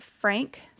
Frank